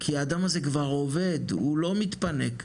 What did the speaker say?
כי האדם הזה כבר עובד, הוא לא מתפנק.